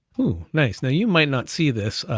oh, nice, now you might not see this,